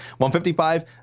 155